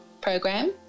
program